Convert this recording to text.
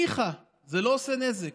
ניחא, זה לא עושה נזק.